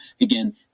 again